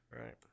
Right